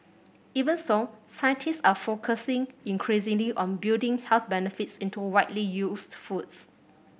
even so scientists are focusing increasingly on building health benefits into widely used foods